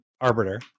Arbiter